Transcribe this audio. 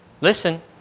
listen